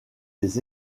les